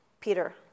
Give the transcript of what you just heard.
Peter